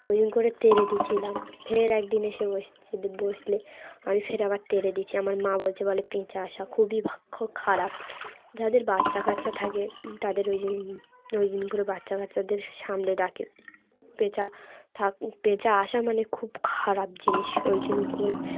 ওই জন্য করে তেড়ে দিয়েছিলাম ফের একদিন এসে বসেছে দিয়ে বসলে আমি ফের আবার তেড়ে দিয়েছি আমার মা বলছে বলে পেঁচা আসা খুবই ভাক খারাপ যাদের বাচ্চা কাচ্চা থাকে তাদের ওই জন্য ওই জন্য করে বাচ্চা কাচ্চাদের সামনে ডাকে পেঁচা থাক পেঁচা আসা মানে খুব খারাপ জিনিস ওই জন্যই করে